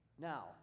Now